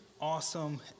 awesome